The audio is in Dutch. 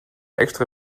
extra